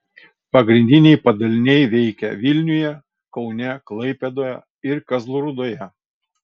pagrindiniai padaliniai veikia vilniuje kaune klaipėdoje ir kazlų rūdoje